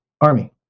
army